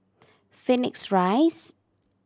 Phoenix Rise